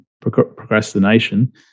procrastination